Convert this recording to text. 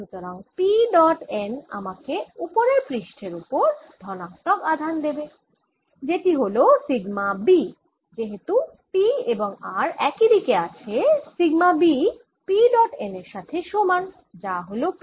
সুতরাং P dot n আমাকে উপরের পৃষ্ঠের উপর ধনাত্মক আধান দেবেযেটি হল সিগমা b যেহেতু P এবং r একই দিক আছে sigma b P dot n এর সাথে সমান যা হল P